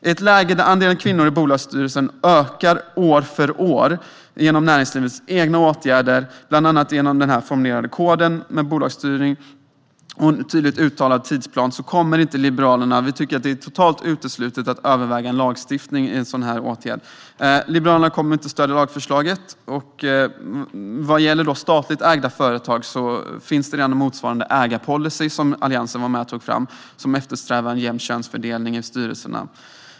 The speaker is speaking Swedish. I ett läge där andelen kvinnor i bolagsstyrelser ökar år för år genom näringslivets egna åtgärder, bland annat genom den formulerade koden för bolagsstyrning och en tydligt uttalad tidsplan, tycker Liberalerna att det är totalt uteslutet att överväga lagstiftning. Liberalerna kommer inte att stödja lagförslaget. Vad gäller statligt ägda företag finns det redan en motsvarande ägarpolicy som Alliansen var med och tog fram. Den eftersträvar jämn könsfördelning i styrelserna.